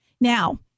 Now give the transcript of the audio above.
Now